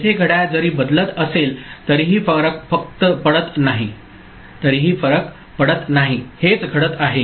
येथे घड्याळ जरी बदलत असेल तरीही फरक पडत नाही हेच घडत आहे